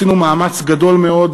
עשינו מאמץ גדול מאוד,